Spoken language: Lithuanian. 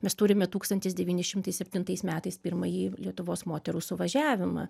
mes turime tūkstantis devyni šimtai septintais metais pirmąjį lietuvos moterų suvažiavimą